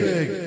Big